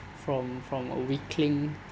from from a weakling